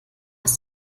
ist